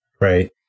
Right